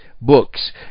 books